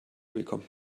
bekommt